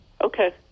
Okay